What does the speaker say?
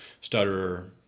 stutterer